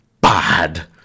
bad